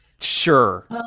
sure